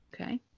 Okay